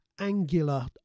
angular